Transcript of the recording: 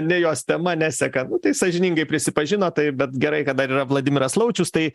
ne jos tema neseka tai sąžiningai prisipažino tai bet gerai kad dar yra vladimiras laučius tai